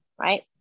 right